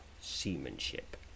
Seamanship